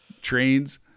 trains